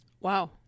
Wow